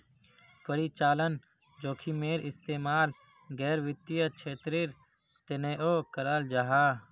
परिचालन जोखिमेर इस्तेमाल गैर वित्तिय क्षेत्रेर तनेओ कराल जाहा